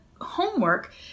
homework